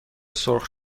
سرخ